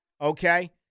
okay